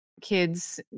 kids